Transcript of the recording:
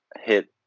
hit